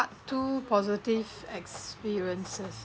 two positive experiences